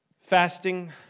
Fasting